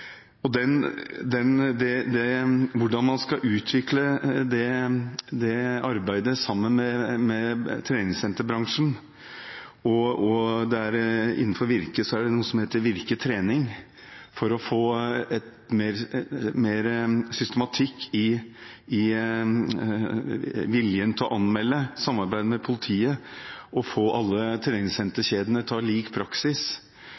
Hvordan skal man utvikle det arbeidet sammen med treningssenterbransjen? Innenfor Virke er det noe som heter Virke Trening for å få mer systematikk i viljen til å anmelde og samarbeide med politiet, og for å få alle treningssenterkjedene til å ha lik praksis